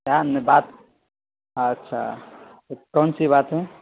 شام میں بات او اچھا تو کون سی بات ہے